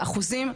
באחוזים,